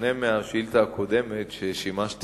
חבר הכנסת גדעון עזרא שאל את השר להגנת